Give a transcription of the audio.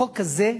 החוק הזה,